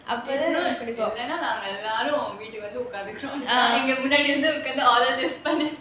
if not இல்லனா நாங்க எல்லோரும் வீட்டுக்குள்ள வந்து உட்கார்ந்துடுவோம்:illanaa naanga ellorum veetukulla vanthu utkarnthuduvom